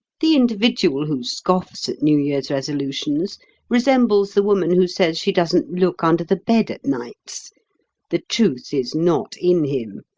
the individual who scoffs at new year's resolutions resembles the woman who says she doesn't look under the bed at nights the truth is not in him,